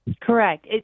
Correct